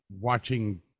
watching